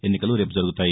ఎన్నికలు రేపు జరుగుతాయి